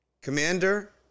Commander